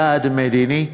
יעד מדיני,